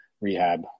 rehab